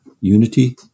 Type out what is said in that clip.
unity